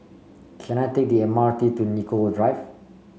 can I take the M R T to Nicoll Drive